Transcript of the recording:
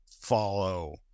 follow